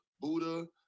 Buddha